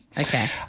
Okay